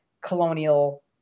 colonial